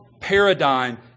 paradigm